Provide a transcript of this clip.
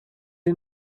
you